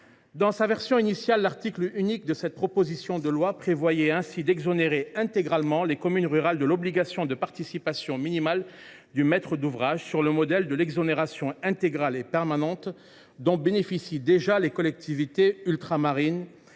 Dans sa version initiale, l’article unique de cette proposition de loi prévoyait ainsi d’exonérer intégralement les communes rurales de l’obligation de participation minimale du maître d’ouvrage, sur le modèle de l’exonération intégrale et permanente dont bénéficient déjà les collectivités ultramarines,